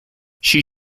she